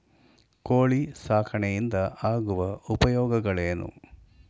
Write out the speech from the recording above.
ಕೋಳಿ ಸಾಕಾಣಿಕೆಯಿಂದ ಆಗುವ ಉಪಯೋಗಗಳೇನು?